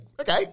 Okay